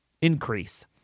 increase